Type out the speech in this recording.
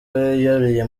yuriye